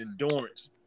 endurance